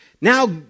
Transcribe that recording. Now